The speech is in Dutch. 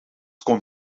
kon